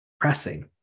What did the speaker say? pressing